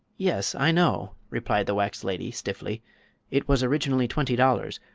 yes, i know, replied the wax lady, stiffly it was originally twenty dollars,